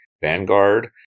Vanguard